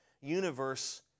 universe